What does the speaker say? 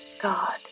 God